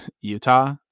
Utah